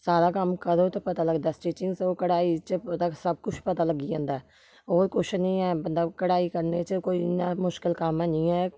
सारा कम्म करो ते पता लगदा ऐ स्टिचिंग्स च होर कढाई च ओह्दा सब कुछ पता लग्गी जंदा ऐ होर कुछ निं ऐ बंदा कढाई कड्ढने च कोई इन्ना मुश्कल कम्म हैन्नी ऐ